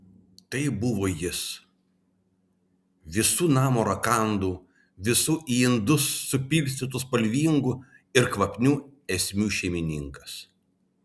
tai buvo jis visų namo rakandų visų į indus supilstytų spalvingų ir kvapnių esmių šeimininkas